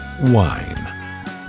wine